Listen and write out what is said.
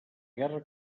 guerra